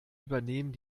übernehmen